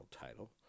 title